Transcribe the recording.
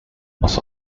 most